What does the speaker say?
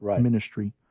ministry